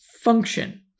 function